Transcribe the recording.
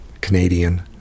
Canadian